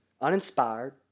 uninspired